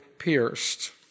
Pierced